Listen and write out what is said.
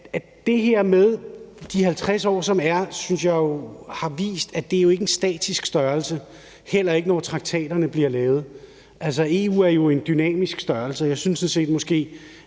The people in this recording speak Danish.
EF og EU. De 50 år synes jeg jo har vist, at det ikke er en statisk størrelse, heller ikke når traktaterne bliver lavet. Altså, EU er en dynamisk størrelse. Jeg synes sådan set,